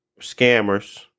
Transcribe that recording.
scammers